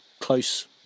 close